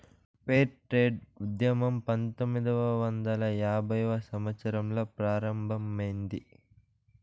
fair trade ఉద్యమం పంతొమ్మిదవ వందల యాభైవ సంవత్సరంలో ప్రారంభమైంది